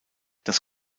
das